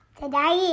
today